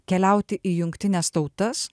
keliauti į jungtines tautas